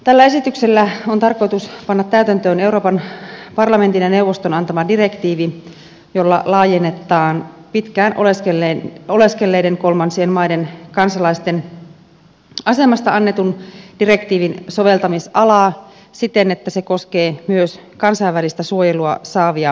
tällä esityksellä on tarkoitus panna täytäntöön euroopan parlamentin ja neuvoston antama direktiivi jolla laajennetaan pitkään oleskelleiden kolmansien maiden kansalaisten asemasta annetun direktiivin soveltamisalaa siten että se koskee myös kansainvälistä suojelua saavia henkilöitä